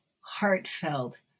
heartfelt